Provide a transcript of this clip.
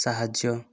ସାହାଯ୍ୟ